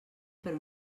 per